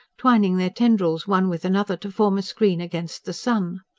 twining their tendrils one with another to form a screen against the sun.